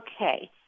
Okay